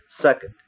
Second